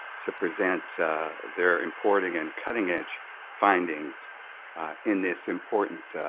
to present their important and cutting edge findings in this important